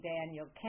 Daniel